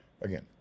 Again